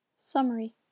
Summary